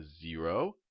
zero